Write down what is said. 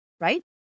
right